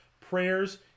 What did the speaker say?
prayers